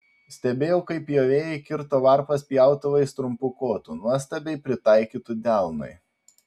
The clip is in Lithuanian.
stebėjau kaip pjovėjai kirto varpas pjautuvais trumpu kotu nuostabiai pritaikytu delnui